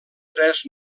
tres